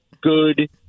good